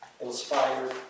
Inspired